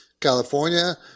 California